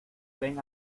ven